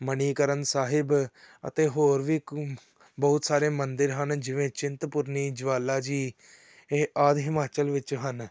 ਮਨੀਕਰਨ ਸਾਹਿਬ ਅਤੇ ਹੋਰ ਵੀ ਕੁ ਬਹੁਤ ਸਾਰੇ ਮੰਦਰ ਹਨ ਜਿਵੇਂ ਚਿੰਤਪੁਰਨੀ ਜੁਆਲਾ ਜੀ ਇਹ ਆਦਿ ਹਿਮਾਚਲ ਵਿੱਚ ਹਨ